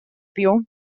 più